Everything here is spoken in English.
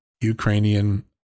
Ukrainian